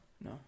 No